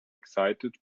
excited